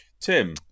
Tim